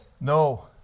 no